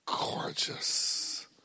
gorgeous